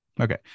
Okay